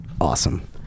awesome